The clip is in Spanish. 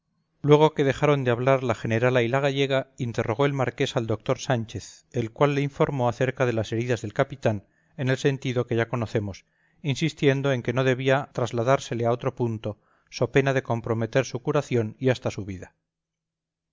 luego que dejaron de hablar la generala y la gallega interrogó el marqués al doctor sánchez el cual le informó acerca de las heridas del capitán en el sentido que ya conocemos insistiendo en que no debía trasladársele a otro punto so pena de comprometer su curación y hasta su vida